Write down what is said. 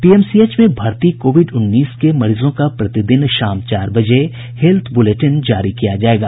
PMCH में भर्ती covid उन्नीस के मरीजों का प्रतिदिन शाम चार बजे हेल्थ बुलेटिन जारी किया जायेगा